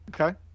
okay